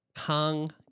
Kang